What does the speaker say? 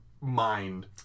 mind